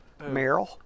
Meryl